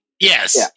Yes